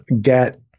get